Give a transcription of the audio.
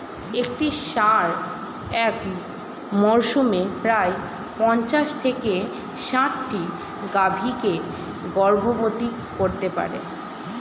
একটি ষাঁড় এক মরসুমে প্রায় পঞ্চাশ থেকে ষাটটি গাভী কে গর্ভবতী করতে পারে